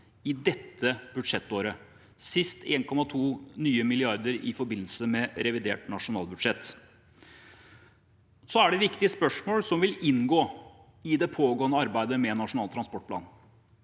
i dette budsjettåret, nå sist 1,2 nye milliarder i forbindelse med revidert nasjonalbudsjett. Det er viktige spørsmål som vil inngå i det pågående arbeidet med Nasjonal transportplan,